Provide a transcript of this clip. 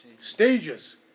stages